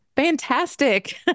fantastic